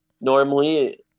normally